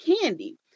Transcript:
candy